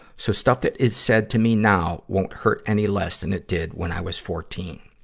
so stuff that is said to me now won't hurt any less than it did when i was fourteen.